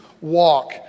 walk